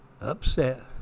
upset